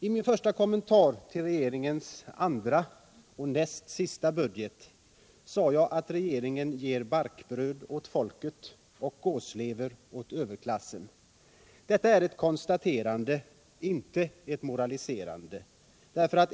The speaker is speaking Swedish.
I min första kommentar till denna regerings andra och näst senaste budget sade jag att regeringen ger barkbröd åt folket och gåslever åt överklassen. Detta är ett konstaterande — inte ett moraliserande.